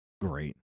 great